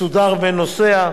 מסודר ונוסע.